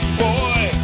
boy